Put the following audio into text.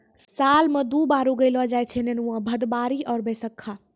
साल मॅ दु बार उगैलो जाय छै नेनुआ, भदबारी आरो बैसक्खा